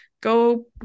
go